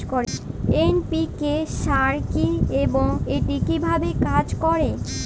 NPK সার কি এবং এটি কিভাবে কাজ করে?